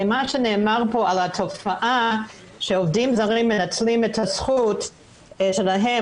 מה שנאמר כאן על תופעה שעובדים זרים מנצלים את הזכות שלהם